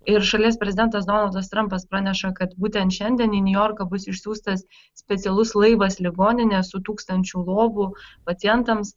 ir šalies prezidentas donaldas trampas praneša kad būtent šiandien į niujorką bus išsiųstas specialus laivas ligoninė su tūkstančiu lovų pacientams